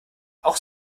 auch